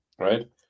right